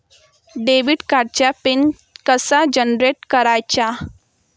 Debit कार्डचा pin कसा generate करायचा?